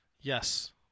Yes